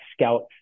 scouts